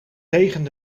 tegen